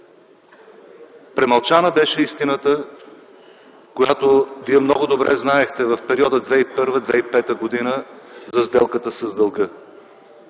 премълчана беше истината, която Вие много добре знаехте в периода 2001-2005 г., за сделката с дълга,